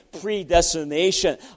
predestination